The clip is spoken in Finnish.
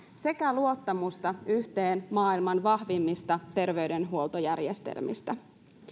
sekä luottamusta yhteen maailman vahvimmista terveydenhuoltojärjestelmistä